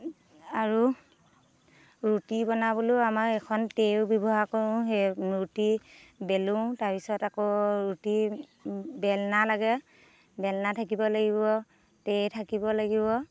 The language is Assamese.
আৰু ৰুটি বনাবলৈও আমাক এখন তেও ব্যৱহাৰ কৰোঁ সেই ৰুটি বেলো তাৰ পিছত আকৌ ৰুটি বেলনা লাগে বেলনা থাকিব লাগিব তে থাকিব লাগিব